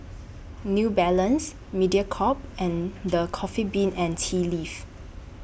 New Balance Mediacorp and The Coffee Bean and Tea Leaf